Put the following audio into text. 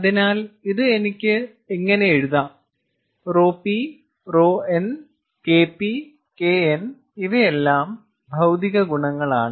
അതിനാൽ ഇത് എനിക്ക് ഇങ്ങനെ എഴുതാം ρP ρN KP KN ഇവയെല്ലാം ഭൌതിക ഗുണങ്ങളാണ്